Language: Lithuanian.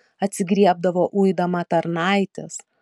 atsigriebdavo uidama tarnaites